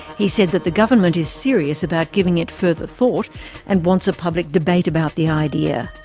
he said that the government is serious about giving it further thought and wants a public debate about the idea.